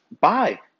bye